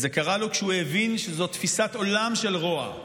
וזה קרה לו כשהוא הבין שזו תפיסת עולם של רוע,